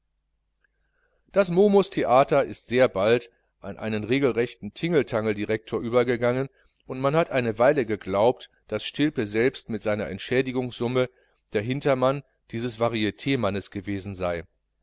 das momustheater ist sehr bald an einen regelrechten tingeltangeldirektor übergegangen und man hat eine weile geglaubt daß stilpe selbst mit seiner entschädigungssumme der hintermann dieses varit mannes gewesen sei